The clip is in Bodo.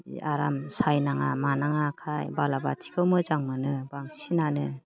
बे आराम सायनाङा मानाङाखाय बाला बोथिखौ मोजां मोनो बांसिनानो